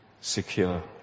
secure